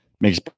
Makes